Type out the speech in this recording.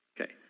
Okay